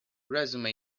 resume